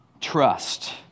trust